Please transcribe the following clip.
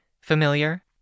Familiar